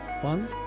one